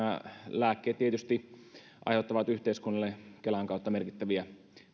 lääkkeet tietysti aiheuttavat yhteiskunnalle kelan kautta merkittäviä